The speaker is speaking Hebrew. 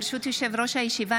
ברשות יושב-ראש הישיבה,